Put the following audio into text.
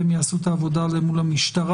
הם יעשו את העבודה אל מול המשטרה.